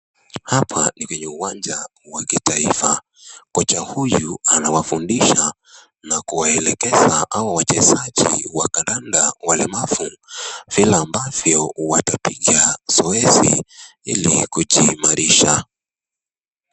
Hapa ni kwenye uwanja wa kitaifa. Kocha huyo anawafundisha na kuwaelekeza hawa wachezaji wa kandanda walemavu vile ambavyo watapiga zoezi ili kujiimarisha.